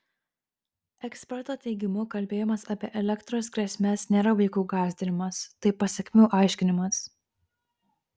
eksperto teigimu kalbėjimas apie elektros grėsmes nėra vaikų gąsdinimas tai pasekmių aiškinimas